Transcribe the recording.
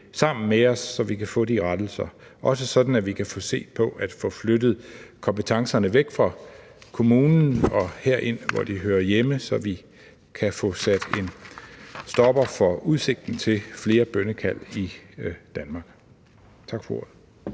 sammen med os, så vi kan få de rettelser lavet, også sådan at vi kan få set på at få flyttet kompetencerne væk fra kommunen og herind, hvor de hører hjemme, så vi kan få sat en stopper for udsigten til flere bønnekald i Danmark. Tak for ordet.